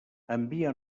envia